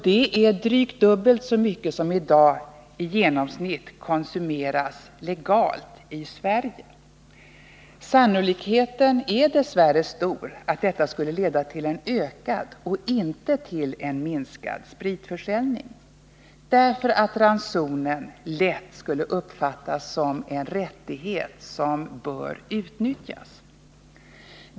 Detta är drygt dubbelt så mycket som i dag i genomsnitt konsumeras legalt i Sverige. Sannolikheten är dess värre stor att detta skulle leda till en ökad och inte till en minskad spritförsäljning. Ransonen skulle nämligen lätt uppfattas som en rättighet som bör utnyttjas.